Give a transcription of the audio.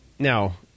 now